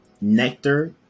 nectar